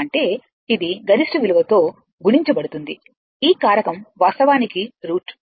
అంటే ఇది గరిష్ట విలువతో గుణించబడుతుంది ఈ కారకం వాస్తవానికి √2